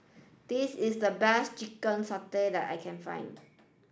this is the best Chicken Satay that I can find